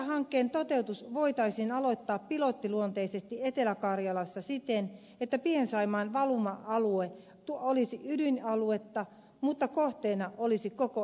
neuvontahankkeen toteutus voitaisiin aloittaa pilottiluonteisesti etelä karjalassa siten että pien saimaan valuma alue olisi ydinaluetta mutta kohteena olisi koko etelä karjala